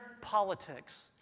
politics